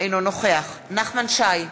אינו נוכח נחמן שי,